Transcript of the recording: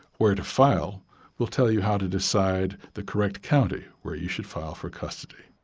where to file will tell you how to decide the correct county where you should file for custody.